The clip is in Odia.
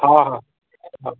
ହଁ ହଁ ହଁ